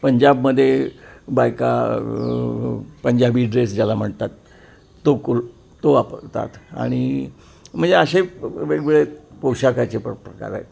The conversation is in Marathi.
पंजाबमध्ये बायका पंजाबी ड्रेस ज्याला म्हणतात तो कु तो वापरतात आणि म्हणजे असे वेगवेगळे पोशाखाचे प्र प्रकार आहेत